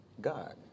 God